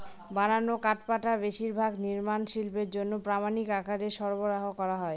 বানানো কাঠপাটা বেশিরভাগ নির্মাণ শিল্পের জন্য প্রামানিক আকারে সরবরাহ করা হয়